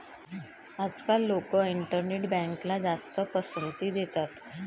आजकाल लोक इंटरनेट बँकला जास्त पसंती देतात